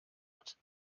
hat